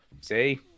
See